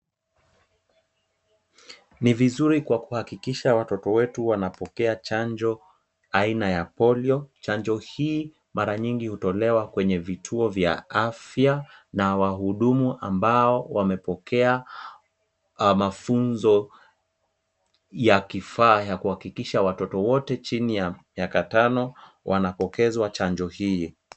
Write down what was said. Ni vizuri kwa kuhakikisha watoto wetu wanapokea chanjo aina ya polio. Chanjo hii mara nyingi hutolewa kwenye vituo vya afya na wahudumu ambao wamepokea mafunzo ya kifaa ya kuhakikisha watoto wote chini ya miaka tano wanapokezwa chanjo hii.